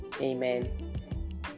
Amen